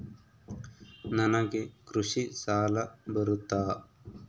ನನಗೆ ಕೃಷಿ ಸಾಲ ಬರುತ್ತಾ?